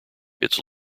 its